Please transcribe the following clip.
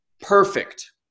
Perfect